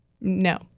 No